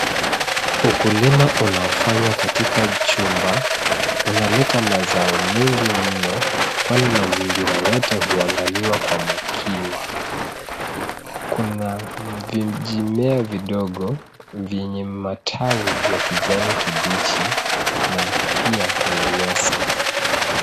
Ukulima unaofanywa katika chumba, unaleta mazao mengi mno kwani mazingira yote huangaliwa kwa makini. Kuna vijimea vidogo vyenye matawi ya kijani kibichi na pia kuna nyasi.